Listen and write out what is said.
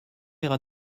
iras